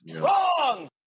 Wrong